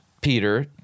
Peter